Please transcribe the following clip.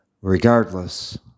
regardless